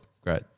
great